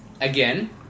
again